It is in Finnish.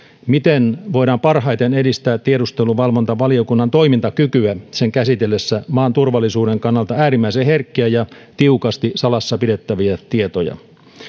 miten voidaan parhaiten edistää tiedusteluvalvontavaliokunnan toimintakykyä sen käsitellessä maan turvallisuuden kannalta äärimmäisen herkkiä ja tiukasti salassa pidettäviä tietoja